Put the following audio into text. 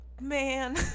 Man